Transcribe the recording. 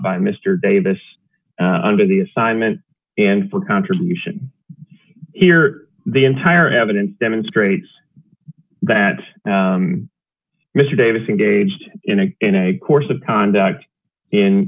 by mr davis under the assignment and for contribution here the entire evidence demonstrates that mr davis engaged in a in a course of conduct